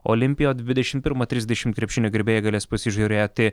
olimpiją o dvidešimt pirmą trisdešimt krepšinio gerbėjai galės pasižiūrėti